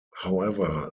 however